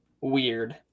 weird